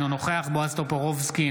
אינו נוכח בועז טופורובסקי,